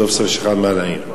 סוף-סוף יש לך על מה להעיר.